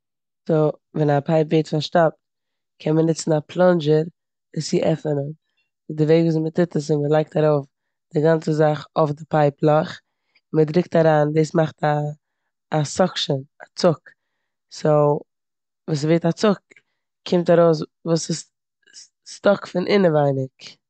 ווען א פייפ ווערט פארשטאפט קען מען מוצן א פלאנדשער עס צו עפענען. די וועג וויאזוי מ'טוט עס איז מ'לייגט ארויף די גאנצע זאך אויף די פייפ לאך און מ'דרוקט אריין. דאס מאכט א- סאקשען- א צוק, סאו ווען ס'ווערט א צוק קומט ארויס וואס איז סטאק פון אינעווייניג.